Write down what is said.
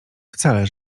wcale